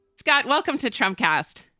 scott, welcome to trump cast.